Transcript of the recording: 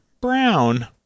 brown